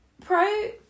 pro